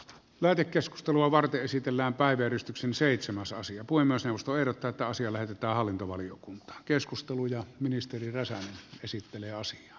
mediakeskustelua varten esitellään päivystyksen seitsemän sasi apua myös eusta erotat aasialaiset ja hallintovaliokunta keskusteluja ministeri räsänen esittelee hallintovaliokuntaan